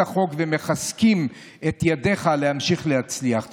החוק ומחזקים את ידיך להמשיך להצליח.